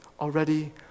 already